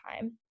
time